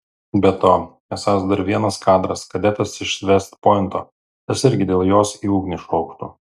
be to esąs dar vienas kadras kadetas iš vest pointo tas irgi dėl jos į ugnį šoktų